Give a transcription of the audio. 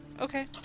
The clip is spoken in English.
Okay